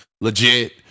legit